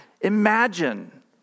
Imagine